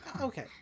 okay